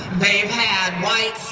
they've had white